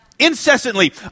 incessantly